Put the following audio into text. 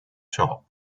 top